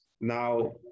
now